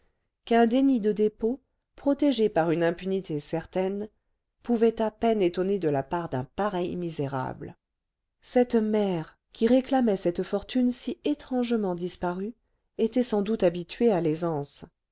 qu'un déni de dépôt protégé par une impunité certaine pouvait à peine étonner de la part d'un pareil misérable cette mère qui réclamait cette fortune si étrangement disparue était sans doute habituée à l'aisance